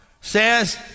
says